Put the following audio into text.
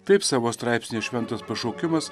taip savo straipsnyje šventas pašaukimas